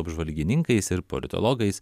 apžvalgininkais ir politologais